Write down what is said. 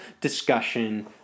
discussion